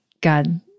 God